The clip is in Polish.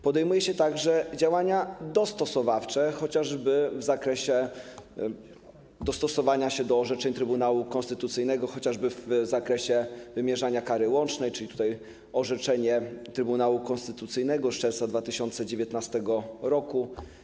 Podejmuje się także działania dostosowawcze, chociażby w zakresie dostosowania się do orzeczeń Trybunały Konstytucyjnego np. w zakresie wymierzania kary łącznej, czyli tutaj chodzi o orzeczenie Trybunału Konstytucyjnego z czerwca 2019 r.